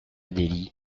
delhi